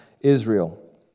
Israel